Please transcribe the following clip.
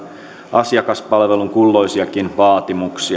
asiakaspalvelun kulloisiakin vaatimuksia